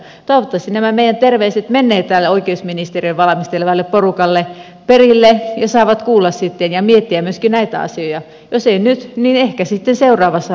toivottavasti nämä meidän terveisemme menevät tälle oikeusministeriön valmistelevalle porukalle perille ja he saavat kuulla sitten ja miettiä myöskin näitä asioita jos ei nyt niin ehkä sitten seuraavassa valmisteluvaiheessa